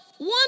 One